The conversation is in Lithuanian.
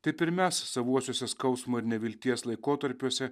taip ir mes savuosiuose skausmo ir nevilties laikotarpiuose